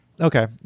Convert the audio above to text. Okay